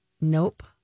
Nope